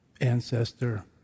ancestor